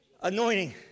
anointing